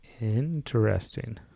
Interesting